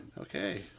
Okay